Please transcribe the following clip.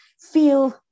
feel